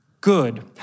good